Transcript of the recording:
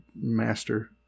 master